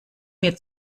mir